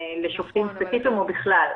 לשופטים ספציפיים או בכלל.